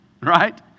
Right